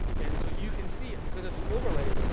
and so you can see it because it is an overlay,